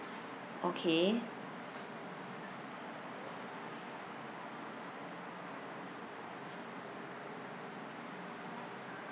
okay